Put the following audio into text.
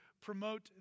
promote